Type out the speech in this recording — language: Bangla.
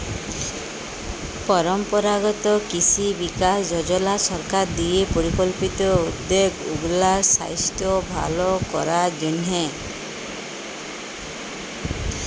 পরম্পরাগত কিসি বিকাস যজলা সরকার দিঁয়ে পরিকল্পিত উদ্যগ উগলার সাইস্থ্য ভাল করার জ্যনহে